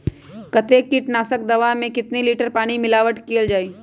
कतेक किटनाशक दवा मे कितनी लिटर पानी मिलावट किअल जाई?